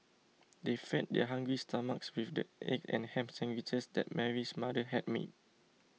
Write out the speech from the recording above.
they fed their hungry stomachs with the egg and ham sandwiches that Mary's mother had made